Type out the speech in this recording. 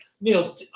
Neil